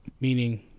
Meaning